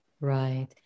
Right